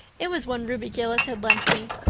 it was one ruby gillis had lent me,